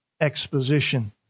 exposition